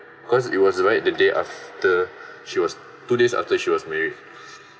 cause it was the right the day after she was two days after she was married